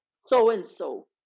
so-and-so